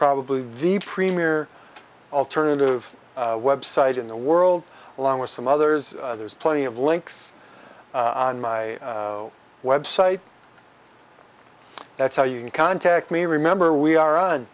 probably the premier alternative website in the world along with some others there's plenty of links on my website that's how you contact me remember we are on